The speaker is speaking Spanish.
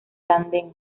tándem